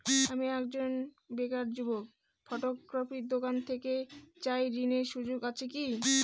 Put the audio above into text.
আমি একজন বেকার যুবক ফটোকপির দোকান করতে চাই ঋণের সুযোগ আছে কি?